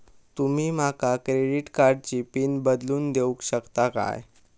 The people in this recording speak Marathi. तुमी माका क्रेडिट कार्डची पिन बदलून देऊक शकता काय?